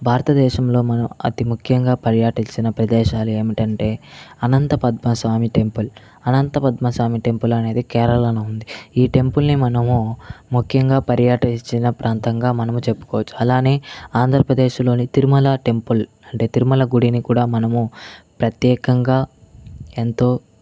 భారతదేశంలో మనం అతి ముఖ్యంగా పర్యాటించిన ప్రదేశాలు ఏమిటంటే అనంత పద్మ స్వామి టెంపుల్ అనంత పద్మ స్వామి టెంపుల్ అనేది కేరళలో ఉంది ఈ టెంపుల్ని మనము ముఖ్యంగా పర్యాటించిన ప్రాంతంగా మనము చెప్పుకోవచ్చు అలానే ఆంధ్రప్రదేశ్లోని తిరుమల టెంపుల్ అంటే తిరుమల గుడిని కూడా మనము ప్రత్యేకంగా ఎంతో